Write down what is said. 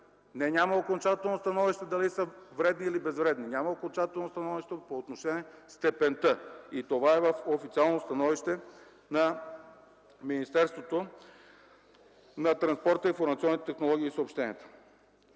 Няма окончателно становище дали са вредни или безвредни. Няма окончателно становище по отношение на степента! И това е в официално становище на Министерството на транспорта, информационните технологии и съобщенията!